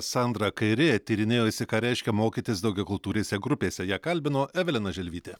sandra kairė tyrinėjusi ką reiškia mokytis daugiakultūrėse grupėse ją kalbino evelina želvytė